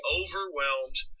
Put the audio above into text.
overwhelmed